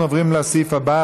אנחנו עוברים לסעיף הבא,